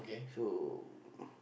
so